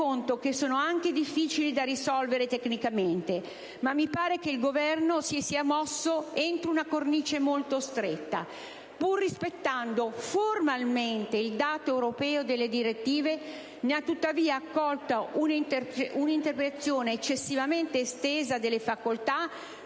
conto - anche difficili da risolvere tecnicamente. Mi pare che il Governo si sia mosso entro una cornice molto stretta: pur rispettando formalmente il dato europeo delle direttive, ha tuttavia accolto un'interpretazione eccessivamente estesa delle facoltà